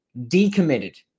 decommitted